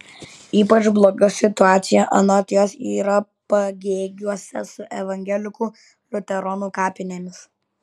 ypač bloga situacija anot jos yra pagėgiuose su evangelikų liuteronų kapinėmis